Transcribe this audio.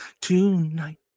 tonight